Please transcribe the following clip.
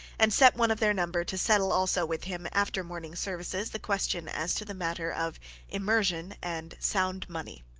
and set one of their number to settle also with him after morning services the question as to the matter of immersion and sound money.